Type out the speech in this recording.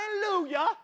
hallelujah